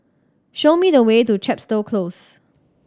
show me the way to Chepstow Close